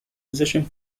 position